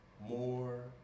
more